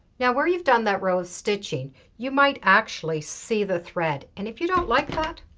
now where you've done that row of stitching you might actually see the thread. and if you don't like that,